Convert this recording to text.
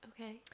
okay